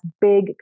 big